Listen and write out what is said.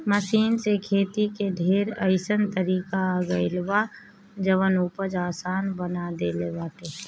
machine से खेती के ढेर अइसन तरीका आ गइल बा जवन उपज आसान बना देले बाटे